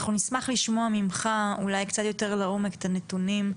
אנחנו נשמח לשמוע ממך אולי קצת יותר לעומק את הנתונים,